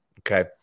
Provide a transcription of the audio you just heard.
okay